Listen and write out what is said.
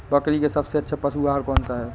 बकरी का सबसे अच्छा पशु आहार कौन सा है?